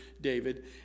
David